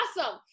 awesome